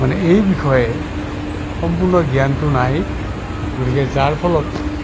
মানে এই বিষয়ে সম্পূৰ্ণ জ্ঞানটো নাই গতিকে যাৰ ফলত